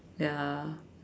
ya